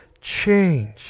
change